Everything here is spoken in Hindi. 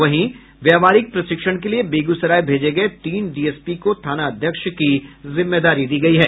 वहीं व्यवहारिक प्रशिक्षण के लिए बेगूसराय भेजे गये तीन डीएसपी को थाना अध्यक्ष की जिम्मेदारी दी गयी है